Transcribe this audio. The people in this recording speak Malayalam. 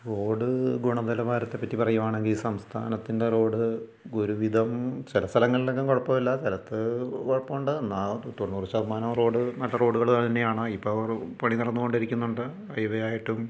റോഡ് ഗുണനിലവാരത്തെപ്പറ്റി പറയുകയാണെങ്കിൽ സംസ്ഥാനത്തിൻ്റെ റോഡ് ഒരു വിധം ചില സ്ഥലങ്ങളിലൊന്നും കുഴപ്പമില്ല ചിലത് കുഴപ്പമുണ്ട് എന്നാൽ തൊണ്ണൂറ് ശതമാനം റോഡ് നല്ല റോഡുകൾ തന്നെയാണ് ഇപ്പോൾ പണി നടന്നു കൊണ്ടിരിക്കുന്നുണ്ട് ഹൈവേ ആയിട്ടും